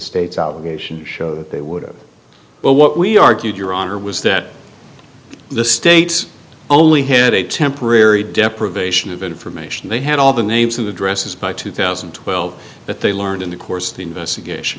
state's outpatient show that they would have but what we argued your honor was that the states only had a temporary deprivation of information they had all the names and addresses by two thousand and twelve but they learned in the course of the investigation